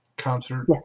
concert